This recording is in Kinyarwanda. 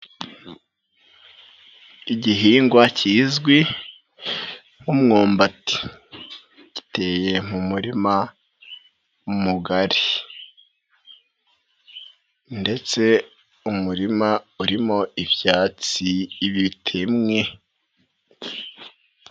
Igihingwa kizwi nk'umwumbati giteye mu murima mugari ndetse umurima urimo ibyatsi bitemwe.